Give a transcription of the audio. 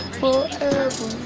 forever